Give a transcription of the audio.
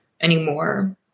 anymore